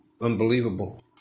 unbelievable